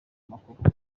amakuru